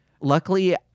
luckily